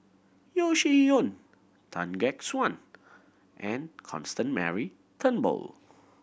Yeo Shih Yun Tan Gek Suan and Constant Mary Turnbull